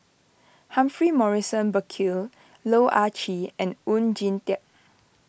Humphrey Morrison Burkill Loh Ah Chee and Oon Jin Teik